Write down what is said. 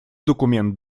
документ